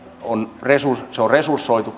tietojärjestelmiin panostamiseen on resursoitu